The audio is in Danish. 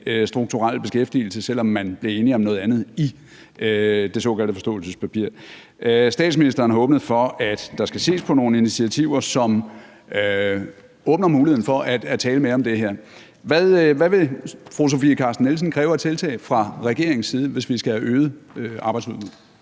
strukturelle beskæftigelse, selv om man blev enig om noget andet i det såkaldte forståelsespapir. Statsministeren har åbnet for, at der skal ses på nogen initiativer, som åbner muligheden for at tale mere om det her. Hvad vil fru Sofie Carsten Nielsen kræve af tiltag fra regeringens side, hvis vi skal have øget arbejdsudbudet?